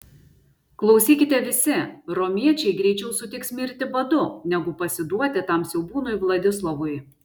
klausykite visi romiečiai greičiau sutiks mirti badu negu pasiduoti tam siaubūnui vladislovui